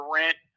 rent